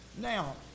Now